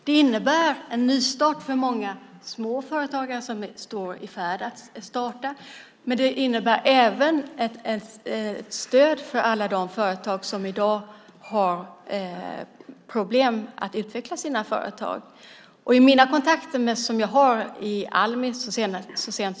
Det innebär en nystart för många små företagare som står i färd med att starta. Det innebär även ett stöd för alla de företag som i dag har problem med att utvecklas. Så sent som i dag har jag haft besök från Skåne.